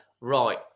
right